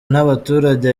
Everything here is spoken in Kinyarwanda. nabaturage